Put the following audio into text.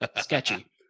Sketchy